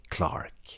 Clark